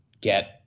get